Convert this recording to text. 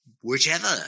whichever